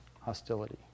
hostility